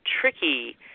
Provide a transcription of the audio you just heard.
tricky